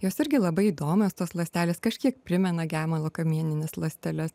jos irgi labai įdomios tos ląstelės kažkiek primena gemalo kamienines ląsteles